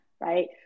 right